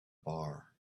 bar